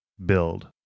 build